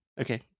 Okay